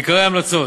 עיקרי ההמלצות: